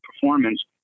performance